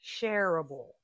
shareable